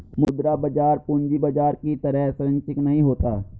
मुद्रा बाजार पूंजी बाजार की तरह सरंचिक नहीं होता